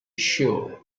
sure